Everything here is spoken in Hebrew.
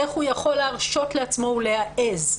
איך הוא יכול להרשות לעצמו ולהעז?